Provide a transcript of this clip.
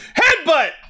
headbutt